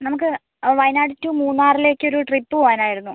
നമുക്ക് വയനാട് ടു മൂന്നാറിലേക്കൊരു ട്രിപ്പ് പോവാനായിരുന്നു